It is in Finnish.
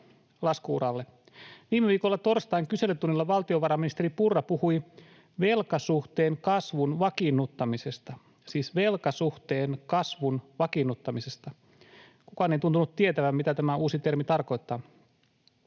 lasku-uralle. Viime viikolla torstain kyselytunnilla valtiovarainministeri Purra puhui velkasuhteen kasvun vakiinnuttamisesta — siis velkasuhteen kasvun vakiinnuttamisesta. Kukaan ei tuntunut tietävän, mitä tämä uusi termi tarkoittaa.